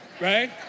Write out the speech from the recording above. right